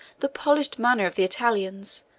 the polished manner of the italians,